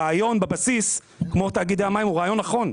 הרעיון בבסיס כמו תאגידי המים הוא רעיון נכון.